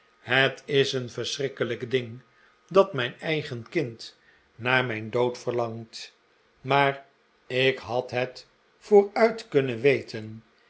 het is een verschrikkelijk ding dat mijn eigen kind naar mijn dood verlangt maar ik had het vooruit kunnen weten